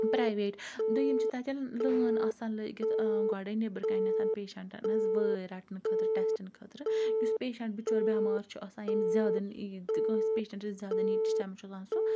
private دوٚیِم چھُ تَتٮ۪ن لٲن آسان لٔگِتھ گۄڈَے نیٚبرکَنتھ پیشَنٹَن ہٕنٛز وٲرۍ رَٹنہٕ خٲطرٕ ٹیٚسٹَن خٲطرٕ یُس پیشَنٹ بِچور بیٚمار چھُ آسان یٔمس زیادٕ کٲنٛسہِ پیشَنٹَس زیادٕ نیٖڈ تیٖتِس ٹایمَس چھُ آسان سُہ